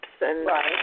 Right